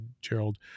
Gerald